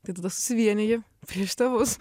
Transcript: tai tada susivieniji prieš tėvus